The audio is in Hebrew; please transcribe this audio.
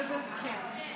לדחות את זה בשלושה חודשים.